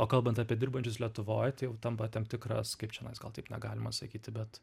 o kalbant apie dirbančius lietuvoj tai jau tampa tam tikras kaip čianais gal taip negalima sakyti bet